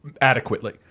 adequately